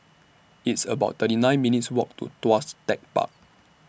It's about thirty nine minutes' Walk to Tuas Tech Park